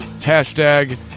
hashtag